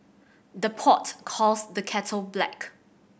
the pot calls the kettle black